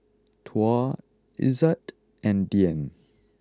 Tuah Izzat and Dian